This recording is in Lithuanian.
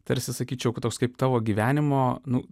tarsi sakyčiau kad toks kaip tavo gyvenimo nu